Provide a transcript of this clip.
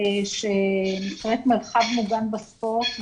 שנקראת מרחב מוגן בספורט,